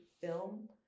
film